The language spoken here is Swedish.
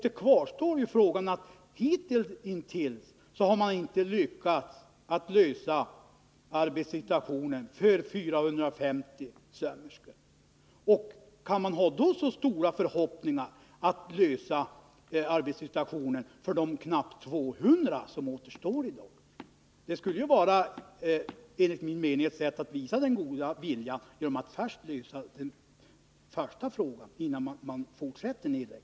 Då kvarstår problemet att man hittills inte har lyckats lösa arbetssituationen för 450 sömmerskor. Kan vi då ha så stora förhoppningar om att man skall klara arbetssituationen för de knappt 200 som återstår i dag? Ett sätt att visa den goda viljan skulle enligt min mening vara att innan man fortsätter nedläggningen lösa detta problem.